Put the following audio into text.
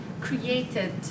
created